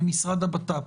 משרד הבט"פ,